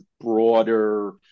broader